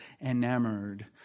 enamored